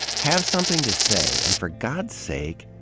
have something to say, and for god's sake,